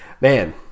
Man